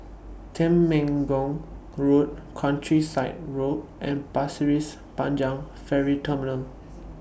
Temenggong Road Countryside Road and Pasir Panjang Ferry Terminal